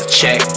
check